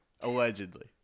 allegedly